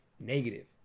negative